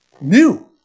new